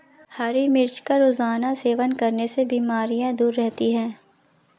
हरी मिर्च का रोज़ाना सेवन करने से बीमारियाँ दूर रहती है